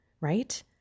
Right